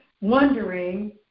wondering